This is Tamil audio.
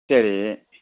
சரி